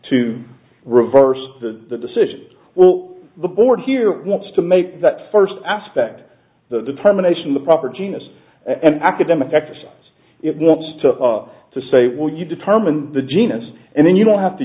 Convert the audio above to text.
to reverse the decision well the board here wants to make that first aspect the determination the proper genus and academic exercise it was took up to say will you determine the genus and then you don't have to